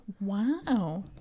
Wow